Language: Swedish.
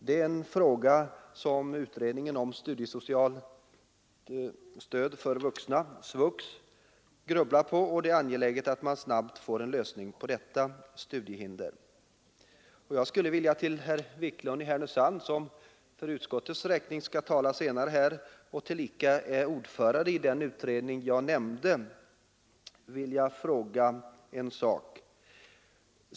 Det är en fråga som utredningen om studiesocialt stöd för vuxna — SVUX — grubblar över, och det är angeläget att snabbt få en lösning på detta ”studiehinder”. Jag skulle till herr Wiklund i Härnösand, som för utskottets räkning skall tala senare här och som tillika är ordförande i den utredning som jag nämnde, rikta en fråga.